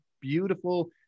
beautiful